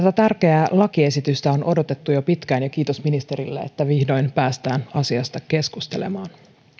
tärkeää lakiesitystä on odotettu jo pitkään ja kiitos ministerille että vihdoin päästään asiasta keskustelemaan